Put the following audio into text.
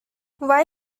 why